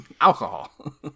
alcohol